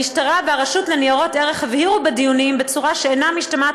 המשטרה והרשות לניירות ערך הבהירו בדיונים בצורה שאינה משתמעת